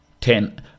Ten